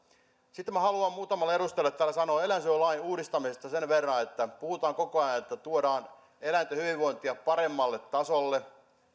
sitten minä haluan muutamalle edustajalle täällä sanoa eläinsuojelulain uudistamisesta sen verran että puhutaan koko ajan että tuodaan eläinten hyvinvointia paremmalle tasolle